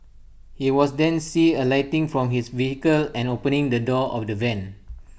he was then see alighting from his vehicle and opening the door of the van